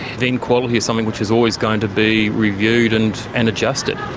then quality is something which is always going to be reviewed and and adjusted.